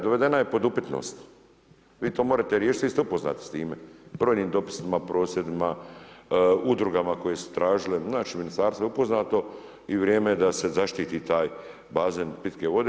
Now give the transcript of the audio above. Dovedena je pod upitnost, vi to morate riješiti, vi ste upoznati s time brojnim dopisima, prosvjedima, udrugama koje su tražile, znači Ministarstvo je upoznato i vrijeme je da se zaštiti taj bazen pitke vode.